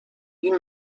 این